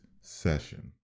session